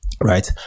right